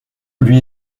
lui